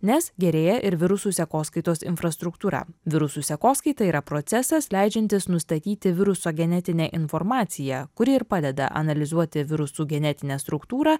nes gerėja ir virusų sekoskaitos infrastruktūra virusų sekoskaita yra procesas leidžiantis nustatyti viruso genetinę informaciją kuri ir padeda analizuoti virusų genetinę struktūrą